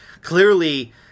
Clearly